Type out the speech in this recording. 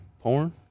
porn